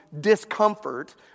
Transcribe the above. discomfort